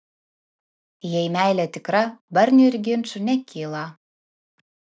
jei meilė tikra barnių ir ginčų nekyla